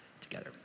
together